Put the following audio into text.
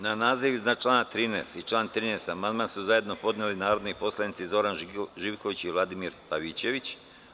Na naziv iznad člana 13. i član 13. amandman su zajedno podneli narodni poslanici Zoran Živković i Vladimir Pavićević.